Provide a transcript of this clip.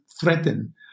threaten